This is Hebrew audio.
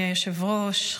היושב-ראש,